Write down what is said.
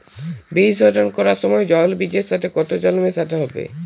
বীজ শোধন করার সময় জল বীজের সাথে কতো জল মেশাতে হবে?